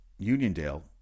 Uniondale